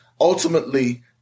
ultimately